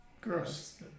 Gross